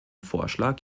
vorschlag